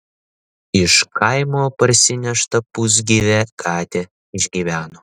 iš kaimo parsinešta pusgyvė katė išgyveno